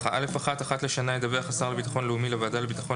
(א1)אחת לשנה ידווח השר לביטחון לאומי לוועדה לביטחון